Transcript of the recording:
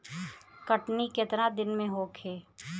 कटनी केतना दिन में होखे?